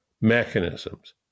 mechanisms